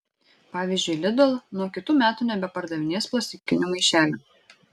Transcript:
pavyzdžiui lidl nuo kitų metų nebepardavinės plastikinių maišelių